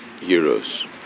euros